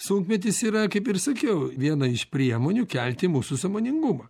sunkmetis yra kaip ir sakiau viena iš priemonių kelti mūsų sąmoningumą